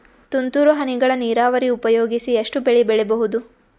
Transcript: ತುಂತುರು ಹನಿಗಳ ನೀರಾವರಿ ಉಪಯೋಗಿಸಿ ಎಷ್ಟು ಬೆಳಿ ಬೆಳಿಬಹುದು?